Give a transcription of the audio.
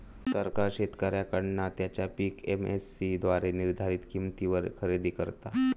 सरकार शेतकऱ्यांकडना त्यांचा पीक एम.एस.सी द्वारे निर्धारीत किंमतीवर खरेदी करता